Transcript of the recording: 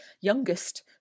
youngest